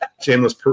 shameless